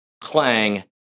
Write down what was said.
clang